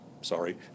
sorry